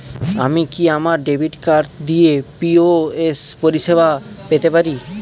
আমি কি আমার ডেবিট কার্ড দিয়ে পি.ও.এস পরিষেবা পেতে পারি?